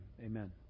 Amen